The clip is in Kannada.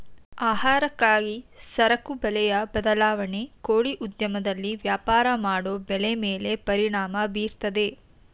ಆಹಾರಕ್ಕಾಗಿ ಸರಕು ಬೆಲೆಯ ಬದಲಾವಣೆ ಕೋಳಿ ಉದ್ಯಮದಲ್ಲಿ ವ್ಯಾಪಾರ ಮಾಡೋ ಬೆಲೆ ಮೇಲೆ ಪರಿಣಾಮ ಬೀರ್ತದೆ